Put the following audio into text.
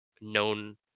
known